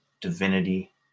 divinity